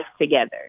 together